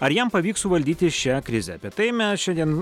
ar jam pavyks suvaldyti šią krizę apie tai mes šiandien